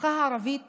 הפכה הערבית